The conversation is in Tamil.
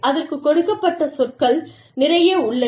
அதற்கு கொடுக்கப்பட்ட சொற்கள் நிறைய உள்ளன